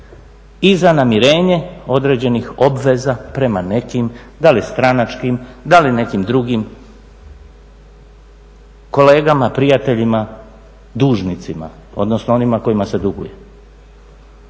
i za namirenje određenih obveza prema nekim da li stranačkim, da li nekim drugim kolegama, prijateljima dužnicima, odnosno onima kojima se duguje.